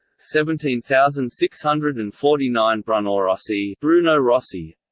seventeen thousand six hundred and forty nine brunorossi brunorossi